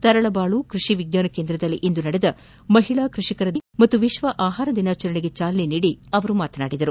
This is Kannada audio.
ತರಳಬಾಳು ಕೃಷಿ ವಿಜ್ವಾನಕೇಂದ್ರದಲ್ಲಿಂದು ನಡೆದ ಮಹಿಳಾ ಕೃಷಿಕರ ದಿನಾಚರಣೆ ಮತು ವಿಶ್ವ ಆಹಾರ ದಿನಾಚರಣೆಗೆ ಚಾಲನೆ ನೀಡಿ ಅವರು ಮಾತನಾಡಿದರು